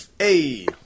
A-